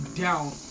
down